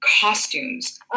costumes